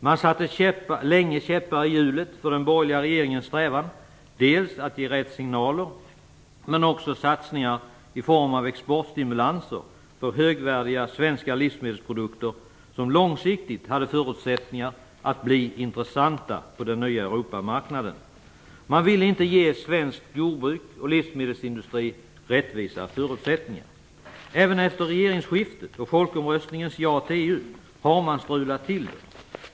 Man satte länge käppar i hjulet för den borgerliga regeringens strävan dels att ge rätt signaler, dels att göra satsningar i form av exportstimulanser för högvärdiga svenska livsmedelsprodukter som långsiktigt hade förutsättningar att bli intressanta på den nya Europamarknaden. Man ville inte ge svenskt jordbruk och svensk livsmedelsindustri rättvisa förutsättningar. Även efter regeringsskiftet och folkomröstningens ja till EU har man strulat till det.